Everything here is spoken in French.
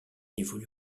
évolue